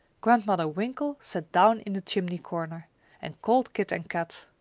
grandmother winkle sat down in the chimney corner and called kit and kat.